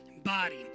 body